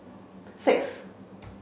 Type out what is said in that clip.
six